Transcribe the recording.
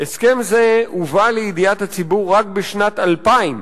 "הסכם זה הובא לידיעת הציבור רק בשנת 2000,